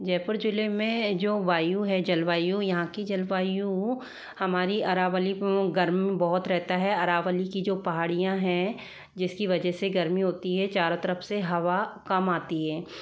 जयपुर ज़िले में जो वायु है जलवायु यहाँ की जलवायु हमारी अरावली गर्म बहुत रहता है अरावली की जो पहाड़ियाँ हैं जिसकी वजह से गर्मी होती है चारों तरफ से हवा कम आती है